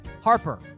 Harper